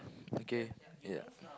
okay ya